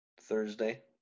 Thursday